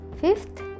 Fifth